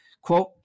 Quote